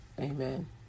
Amen